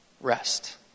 Rest